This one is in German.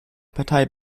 partei